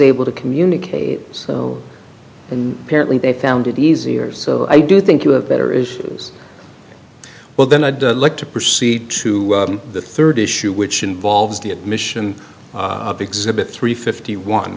able to communicate so in parenting they found it easier so i do think you have better issues well then i'd like to proceed to the third issue which involves the admission exhibit three fifty one